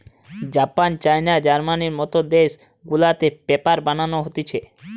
Japan, China, জার্মানির মত দেশ গুলাতে পেপার বানানো হতিছে